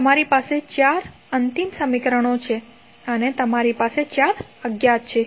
તેથી તમારી પાસે ચાર અંતિમ સમીકરણો છે અને તમારી પાસે ચાર અજ્ઞાત છે